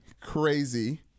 crazy